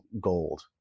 gold